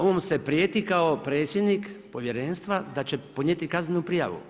On se prijeti kao predsjednik povjerenstva da će podnijeti kaznenu prijavu.